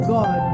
God